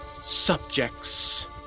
subjects